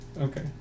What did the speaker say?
Okay